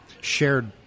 shared